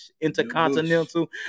Intercontinental